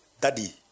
daddy